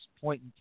point